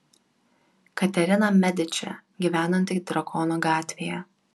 katerina mediči gyvenanti drakono gatvėje